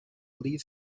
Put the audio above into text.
lead